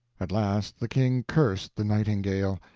at last the king cursed the nightingale.